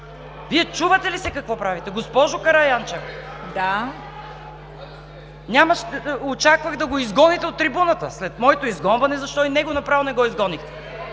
Вие чувате ли се какво правите?! Госпожо Караянчева, очаквах да го изгоните от трибуната. След моето изгонване, защо и него не го изгонихте?!